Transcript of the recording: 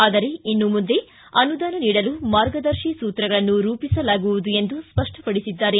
ಆದರೆ ಇನ್ನು ಮುಂದೆ ಅನುದಾನ ನೀಡಲು ಮಾರ್ಗದರ್ಶಿ ಸೂತ್ರಗಳನ್ನು ರೂಪಿಸಲಾಗುವುದು ಎಂದು ಸ್ಪಷ್ಟಪಡಿಸಿದ್ದಾರೆ